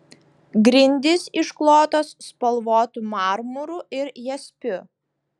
grindys išklotos spalvotu marmuru ir jaspiu